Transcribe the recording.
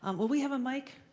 um will we have a mic?